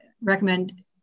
recommend